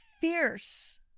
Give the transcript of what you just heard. Fierce